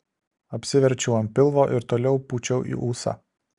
apsiverčiau ant pilvo ir toliau pūčiau į ūsą